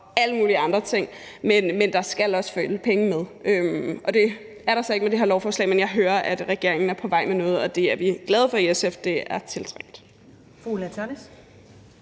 om alle mulige andre ting. Men der skal også følge penge med. Det gør der så ikke med det lovforslag, men jeg hører, at regeringen er på vej med noget, og det er vi i SF glade for, det er tiltrængt.